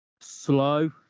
slow